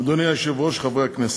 אדוני היושב-ראש, חברי הכנסת,